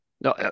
No